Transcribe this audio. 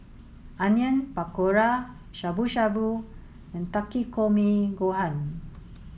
Onion Pakora Shabu Shabu and Takikomi Gohan